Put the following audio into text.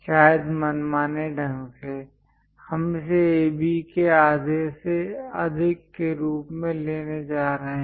शायद मनमाने ढंग से हम इसे AB के आधे से अधिक के रूप में लेने जा रहे हैं